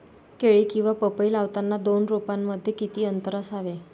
केळी किंवा पपई लावताना दोन रोपांमध्ये किती अंतर असावे?